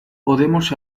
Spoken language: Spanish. podemos